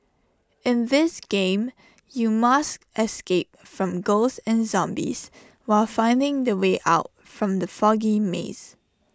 in this game you must escape from ghosts and zombies while finding the way out from the foggy maze